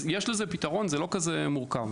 אז יש לזה פתרון, זה לא כזה מורכב.